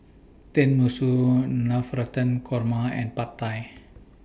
Tenmusu Navratan Korma and Pad Thai